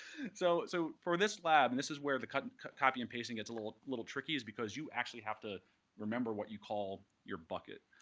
so so for this lab and this is where the cutting copy and pasting gets a little little tricky is because you actually have to remember what you call your bucket.